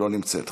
לא נמצאת,